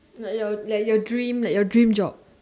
like your like your dream like your dream job